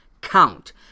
count